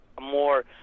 more